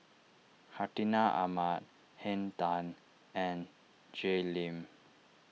Hartinah Ahmad Henn Tan and Jay Lim